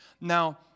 Now